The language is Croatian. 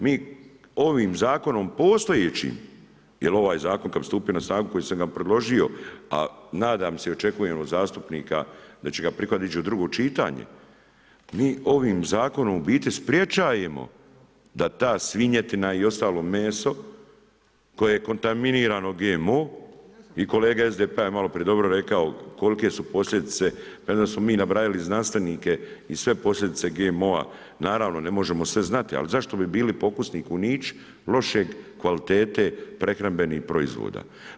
Mi ovim zakonom postojećim, jel ovaj zakon kada bi stupio na snagu koji sam predložio, a nadam se i očekujem od zastupnika da će ga prihvatiti i ići u drugo čitanje, mi ovim zakonom u biti sprječajemo da ta svinjetina i ostalo meso koje je kontaminirano GMO i kolega iz SDP-a je malo prije dobro rekao kolike su posljedice i onda smo nabrajali znanstvenike i sve posljedice GMO-a, naravno ne možemo sve znati, ali zašto bi bili pokusni kunići loše kvalitete prehrambenih proizvoda.